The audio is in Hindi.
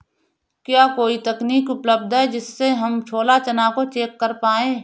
क्या कोई तकनीक उपलब्ध है जिससे हम छोला चना को चेक कर पाए?